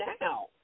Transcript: now